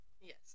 Yes